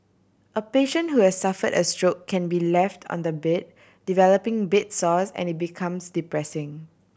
a patient who has suffered a stroke can be left on the bed developing bed sores and it becomes depressing